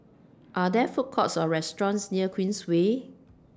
Are There Food Courts Or restaurants near Queensway